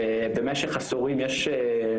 ובמשך עשורים יש,